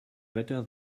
better